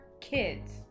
kids